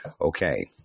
Okay